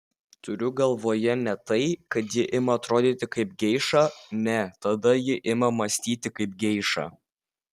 turiu galvoje ne tai kad ji ima atrodyti kaip geiša ne tada ji ima mąstyti kaip geiša